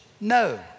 No